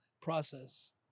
process